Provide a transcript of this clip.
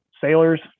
sailors